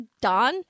Don